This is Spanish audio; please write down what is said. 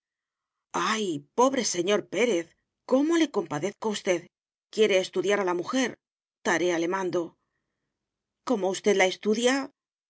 ay pobre señor pérez cómo le compadezco a usted quiere estudiar a la mujer tarea le mando como usted la estudia